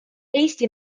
eesti